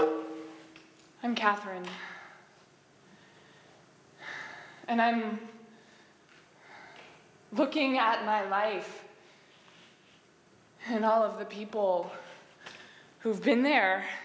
i'm katherine and i'm looking at my life and all of the people who've been there